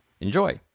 Enjoy